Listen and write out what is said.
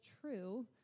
true